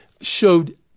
showed –